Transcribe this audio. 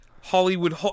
Hollywood